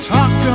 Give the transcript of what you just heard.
Talk